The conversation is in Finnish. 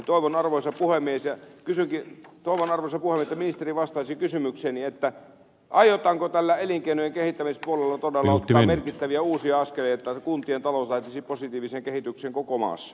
toivon arvoisa puhemies että ministeri vastaisi kysymykseeni aiotaanko tällä elinkeinojen kehittämispuolella todella ottaa merkittäviä uusia askeleita että kuntien talous lähtisi positiiviseen kehitykseen koko maassa